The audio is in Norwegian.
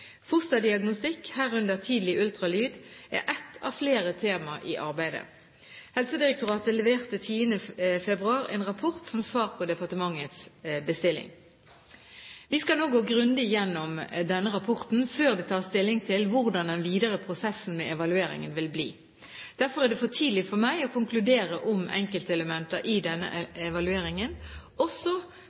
Fosterdiagnostikk, herunder tidlig ultralyd, var et av flere temaer i arbeidet. Helsedirektoratet leverte 10. februar i år en rapport som svar på departementets bestilling. Vi skal nå gå grundig gjennom denne rapporten før det tas stilling til hvordan den videre prosessen med evalueringen vil bli. Derfor er det for tidlig for meg å konkludere om enkeltelementer i denne evalueringen, også